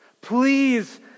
Please